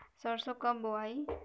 सरसो कब बोआई?